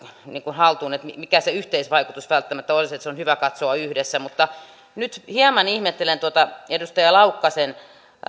haltuun että mikä se yhteisvaikutus välttämättä olisi se on hyvä katsoa yhdessä mutta nyt hieman ihmettelen tuota edustaja laukkasen